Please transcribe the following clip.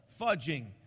fudging